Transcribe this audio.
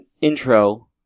intro